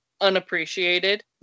unappreciated